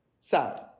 sad